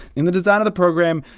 in the design of the program,